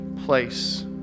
place